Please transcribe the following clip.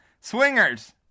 Swingers